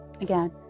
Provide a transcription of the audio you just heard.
again